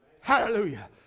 Hallelujah